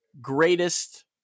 greatest